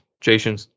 Jason